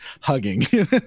hugging